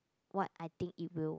what I think it will